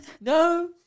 No